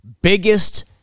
biggest